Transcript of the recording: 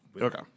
Okay